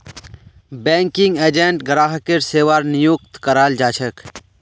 banking agent ग्राहकेर सेवार नियुक्त कराल जा छेक